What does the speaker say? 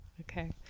Okay